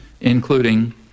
...including